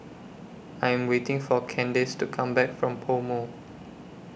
I Am waiting For Kandace to Come Back from Pomo